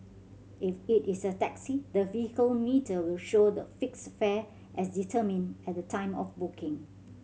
if it is a taxi the vehicle meter will show the fixed fare as determined at the time of booking